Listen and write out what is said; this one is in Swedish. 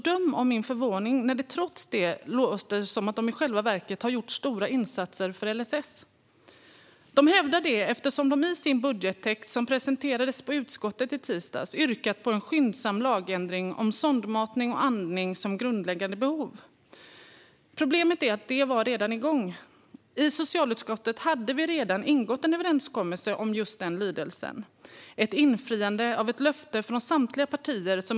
Döm om min förvåning när det trots det låter som att de i själva verket har gjort stora insatser för LSS. De hävdar det eftersom de i sin budgettext, som presenterades i utskottet i tisdags, yrkat på en skyndsam lagändring om sondmatning och andning som grundläggande behov. Problemet är att detta redan var igång. I socialutskottet hade vi redan ingått en överenskommelse med just den lydelsen. Det var ett infriande av ett löfte från samtliga partier.